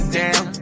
down